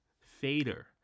fader